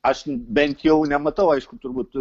aš bent jau nematau aišku turbūt